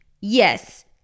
yes